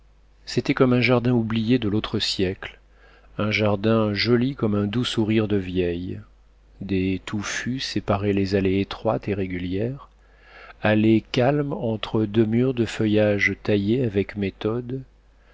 c'était comme un jardin oublié de l'autre siècle un jardin joli comme un doux sourire de vieille des haies touffues séparaient les allées étroites et régulières allées calmes entre deux murs de feuillage taillés avec méthode